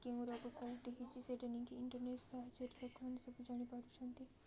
କେଉଁ ରୋଗ କେଉଁଠି ହେଇଛି ସେଇଟା ନେଇକି ଇଣ୍ଟରନେଟ୍ ସାହାଯ୍ୟରେ ଲୋକମାନେ ସବୁ ଜାଣିପାରୁଛନ୍ତି